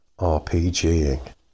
RPGing